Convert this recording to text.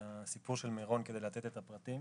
הסיפור של מירון כדי לתת את הפרטים.